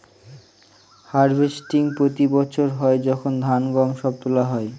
harvesting প্রতি বছর হয় যখন ধান, গম সব তোলা হয়